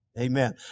Amen